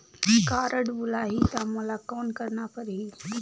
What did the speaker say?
Card भुलाही ता मोला कौन करना परही?